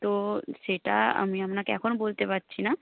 তো সেটা আমি আপনাকে এখন বলতে পারছি না